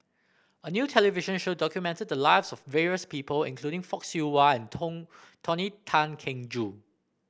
a new television show documented the lives of various people including Fock Siew Wah and Tong Tony Tan Keng Joo